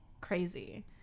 crazy